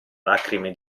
lacrime